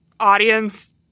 audience